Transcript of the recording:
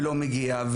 ולא מגיע,